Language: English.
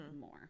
more